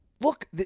look